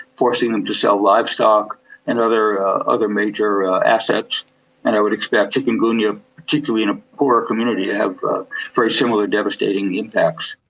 forcing them to sell livestock and other other major assets. and i would expect chikungunya particularly in a poorer community to have very similar devastating impacts.